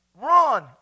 Run